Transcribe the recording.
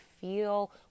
feel